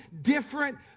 different